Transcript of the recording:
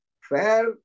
fair